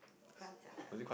fun time